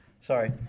Sorry